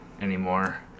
anymore